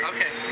Okay